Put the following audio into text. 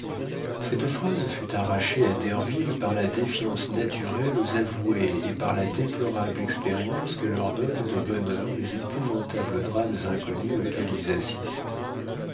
cette phrase fut arrachée à derville par la défiance naturelle aux avoués et par la déplorable expérience que leur donnent de bonne heure les épouvantables drames inconnus auxquels ils assistent